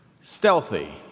stealthy